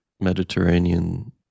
Mediterranean